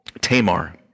Tamar